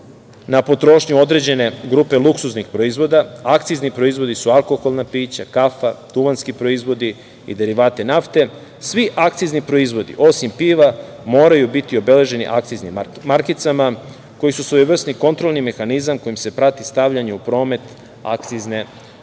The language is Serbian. na potrošnju određene grupe luksuznih proizvoda akcizni proizvodi su alkoholna pića, kafa, duvanski proizvodi i derivati nafte, svi akcizni proizvodi, osim piva, moraju biti obeleženi akciznim markicama koji su svojevrsni kontrolni mehanizam kojim se prati stavljanje u promet akcizne robe.